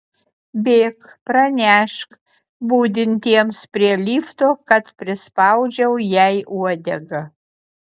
bėk pranešk budintiems prie lifto kad prispaudžiau jai uodegą